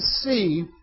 see